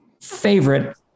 favorite